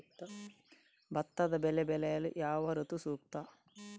ಭತ್ತದ ಬೆಳೆ ಬೆಳೆಯಲು ಯಾವ ಋತು ಸೂಕ್ತ?